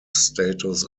status